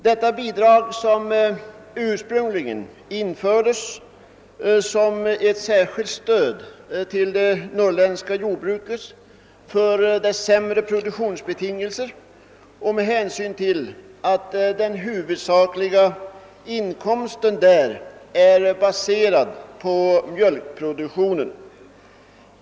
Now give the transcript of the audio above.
Detta bidrag infördes ursprungligen som ett särskilt stöd till det norrländska jordbruket på grund av dettas sämre <produktionsbetingelser och med hänsyn till att dess huvudsakliga inkomst är baserad på mjölkproduktionen.